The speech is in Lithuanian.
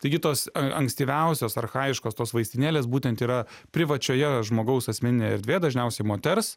taigi tos ankstyviausios archajiškos tos vaistinėlės būtent yra privačioje žmogaus asmeninėj erdvėj dažniausiai moters